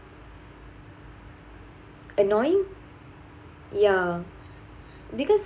annoying ya because